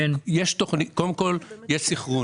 קודם כול, יש סנכרון.